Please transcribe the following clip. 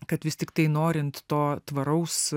kad vis tiktai norint to tvaraus